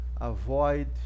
avoid